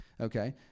okay